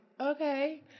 okay